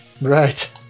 Right